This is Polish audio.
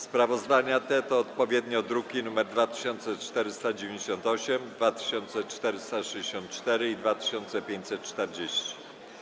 Sprawozdania te to odpowiednio druki nr 2498, 2464 i 2540.